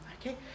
Okay